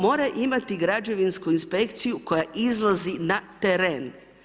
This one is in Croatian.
Mora imati građevinsku inspekciju koja izlazi na teren.